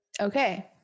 Okay